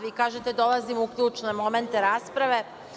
Vi kažete dolazim u ključne momente rasprave.